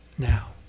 now